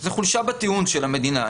זו חולשה בטיעון של המדינה.